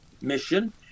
mission